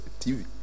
tv